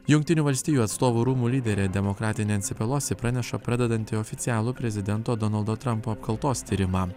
jungtinių valstijų atstovų rūmų lyderė demokratė nensi pelosi praneša pradedanti oficialų prezidento donaldo trampo apkaltos tyrimą